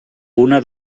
una